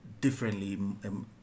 differently